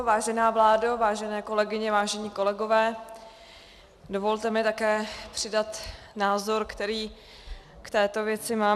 Vážená vládo, vážené kolegyně, vážení kolegové, dovolte mi také přidat názor, který k této věci mám.